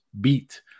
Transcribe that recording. beat